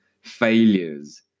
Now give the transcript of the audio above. failures